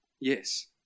yes